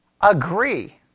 Agree